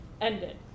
ended